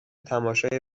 تماشای